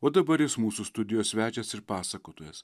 o dabar jis mūsų studijos svečias ir pasakotojas